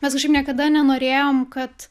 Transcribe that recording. mes kažkaip niekada nenorėjom kad